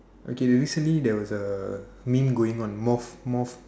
okay the recently there was a meme going on moth moth